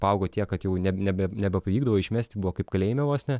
paaugo tiek kad jau ne nebe nebepavykdavo išmesti buvo kaip kalėjime vos ne